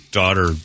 daughter